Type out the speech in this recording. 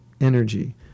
energy